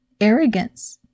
arrogance